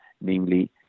namely